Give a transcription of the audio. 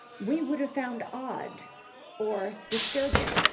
we would have found odd or disturbing,